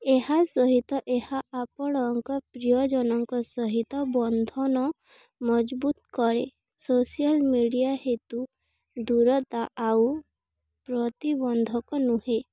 ଏହା ସହିତ ଏହା ଆପଣଙ୍କ ପ୍ରିୟଜନଙ୍କ ସହିତ ବନ୍ଧନ ମଜଭୁତ୍ କରେ ସୋସିଆଲ୍ ମିଡ଼ିଆ ହେତୁ ଦୂରତା ଆଉ ପ୍ରତିିବନ୍ଧକ ନୁହେଁ